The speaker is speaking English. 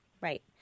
Right